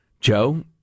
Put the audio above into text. Joe